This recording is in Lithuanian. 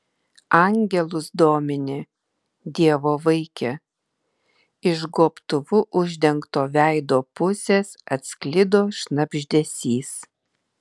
angelus domini dievo vaike iš gobtuvu uždengto veido pusės atsklido šnabždesys